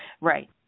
Right